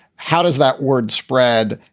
how does that word spread?